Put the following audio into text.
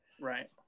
Right